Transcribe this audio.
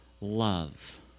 love